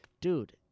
dude